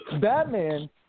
Batman